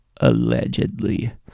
allegedly